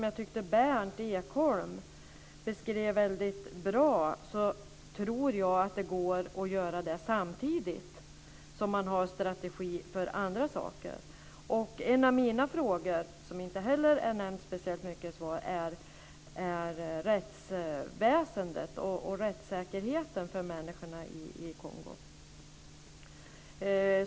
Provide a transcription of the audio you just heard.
Jag tyckte att Berndt Ekholm beskrev väldigt bra att det går att göra det samtidigt som man har strategier för andra saker, och det tror jag också. En av mina frågor som inte heller nämns speciellt mycket i svaret handlar om rättsväsendet och rättssäkerheten för människorna i Kongo.